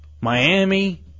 Miami